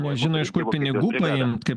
nežino iš kur pinigų paimt kaip